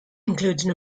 including